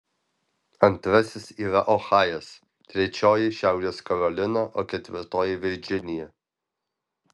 antrasis yra ohajas trečioji šiaurės karolina o ketvirtoji virdžinija